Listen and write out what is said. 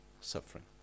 suffering